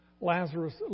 Lazarus